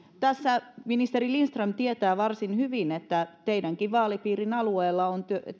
ministeri lindström tietää varsin hyvin että teidänkin vaalipiirinne alueella on